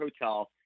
hotel